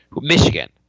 Michigan